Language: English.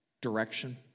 direction